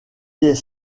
des